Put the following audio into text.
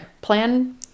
Plan